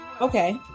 Okay